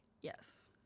yes